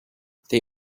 they